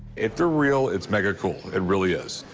if they're real, it's mega cool. it really is.